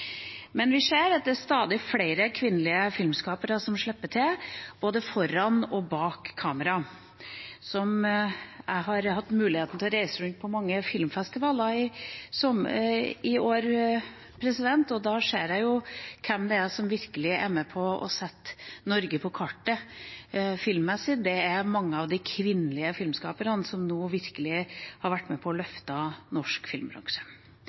men vi ser at stadig flere kvinnelige filmskapere slipper til både foran og bak kamera. Jeg har hatt muligheten til å reise rundt på mange filmfestivaler i år, og da ser jeg jo hvem det er som virkelig er med på å sette Norge på kartet filmmessig. Det er mange av de kvinnelige filmskaperne som nå virkelig har vært med på å løfte norsk filmbransje.